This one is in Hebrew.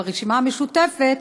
ברשימה המשותפת,